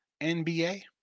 NBA